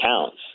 counts